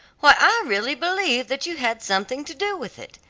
why i really believe that you had something to do with it.